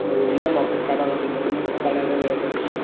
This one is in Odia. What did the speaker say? ଆଉ ଏଇନା ମକାଟା ଲଗେଇଲନି ମକା ଏଇନେ ରେଟ୍ ଅଛି